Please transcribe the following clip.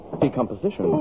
decomposition